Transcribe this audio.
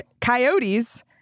coyotes